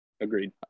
Agreed